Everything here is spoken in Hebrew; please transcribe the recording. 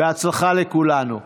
בהצלחה לכולנו.